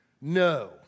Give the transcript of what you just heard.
No